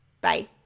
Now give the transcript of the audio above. Bye